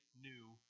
new